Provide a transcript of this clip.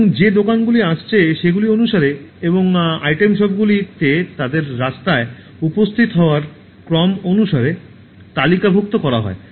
এবং যে দোকানগুলি আসছে সেগুলি অনুসারে এবং আইটেম শপগুলিতে তাদের রাস্তায় উপস্থিত হওয়ার ক্রম অনুসারে তালিকাভুক্ত করা হয়